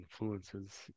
influences